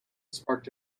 sparked